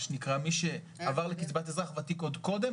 מי שעבר לקצבת אזרח ותיק עוד קודם,